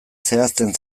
zehazten